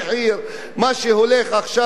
מה שהולך עכשיו ביפו,